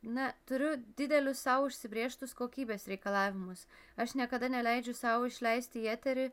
na turiu didelius sau užsibrėžtus kokybės reikalavimus aš niekada neleidžiu sau išleisti į eterį